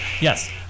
Yes